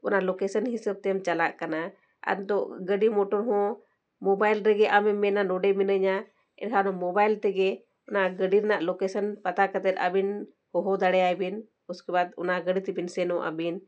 ᱚᱱᱟ ᱦᱤᱥᱟᱹᱵᱽᱛᱮᱢ ᱪᱟᱞᱟᱜ ᱠᱟᱱᱟ ᱟᱫᱚ ᱜᱟᱹᱰᱤ ᱢᱚᱴᱚᱨ ᱦᱚᱸ ᱨᱮᱜᱮ ᱟᱢᱮᱢ ᱢᱮᱱᱟ ᱱᱚᱰᱮ ᱢᱤᱱᱟᱹᱧᱟ ᱮᱱᱠᱷᱟᱱ ᱛᱮᱜᱮ ᱚᱱᱟ ᱜᱟᱹᱰᱤ ᱨᱮᱱᱟᱜ ᱯᱟᱛᱟ ᱠᱟᱛᱮᱫ ᱟᱵᱤᱱ ᱦᱚᱦᱚ ᱫᱟᱲᱮᱭᱟᱭ ᱵᱤᱱ ᱩᱥᱠᱮ ᱵᱟᱫᱽ ᱚᱱᱟ ᱜᱟᱹᱰᱤ ᱛᱮᱵᱤᱱ ᱥᱮᱱᱚᱜ ᱟᱵᱤᱱ